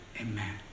Amen